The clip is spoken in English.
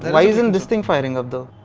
and why isn't this thing firing up though?